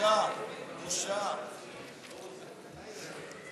תקציבי 12,